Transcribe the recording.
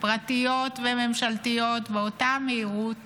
פרטיות וממשלתיות באותה מהירות